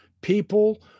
people